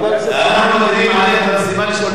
אנחנו מטילים עליך את המשימה לשאול את הסוסים,